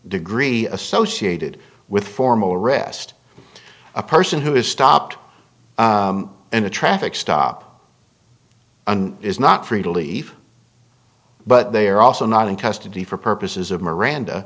degree associated with formal arrest a person who is stopped in a traffic stop and is not free to leave but they are also not in custody for purposes of miranda